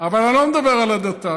אבל אני לא מדבר על הדתה,